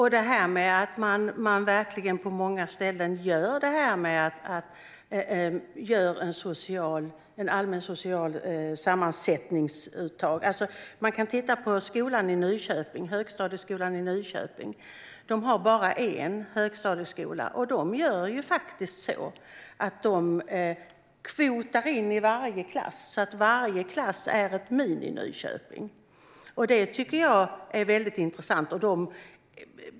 Herr talman! På många ställen gör man verkligen ett allmänt socialt sammansättningsuttag. Låt oss ta högstadieskolan i Nyköping som ett exempel. Där finns bara en enda högstadieskola, och de kvotar in i varje klass så att varje klass blir ett Mininyköping. Det tycker jag är intressant.